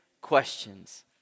questions